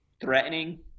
threatening